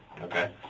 Okay